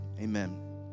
amen